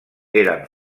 eren